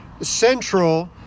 central